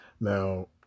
Now